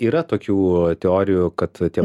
yra tokių teorijų kad tie